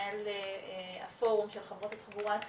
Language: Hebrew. ממנהל הפורום של חברות התחבורה הציבורית,